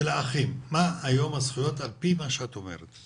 של האחים, מה היום הזכויות על פי מה שאת אומרת.